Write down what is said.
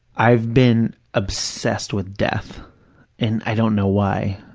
i've been obsessed with death and i don't know why.